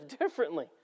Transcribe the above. differently